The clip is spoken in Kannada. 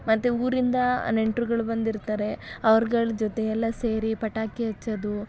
ಮತ್ತು ಊರಿಂದ ನೆಂಟ್ರುಗಳು ಬಂದಿರ್ತಾರೆ ಅವ್ರ್ಗಳ ಜೊತೆ ಎಲ್ಲ ಸೇರಿ ಪಟಾಕಿ ಹಚ್ಚೋದು